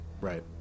Right